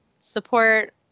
Support